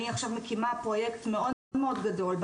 אני עכשיו מקימה פרוייקט מאוד מאוד גדול,